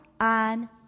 on